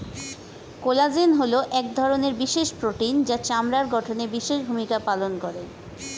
collagen হলো এক ধরনের বিশেষ প্রোটিন যা চামড়ার গঠনে বিশেষ ভূমিকা পালন করে